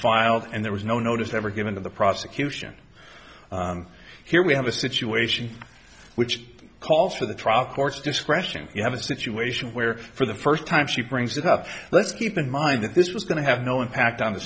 filed and there was no notice ever given to the prosecution here we have a situation which calls for the trial court's discretion you have a situation where for the first time she brings it up let's keep in mind that this was going to have no impact on the